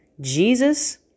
Jesus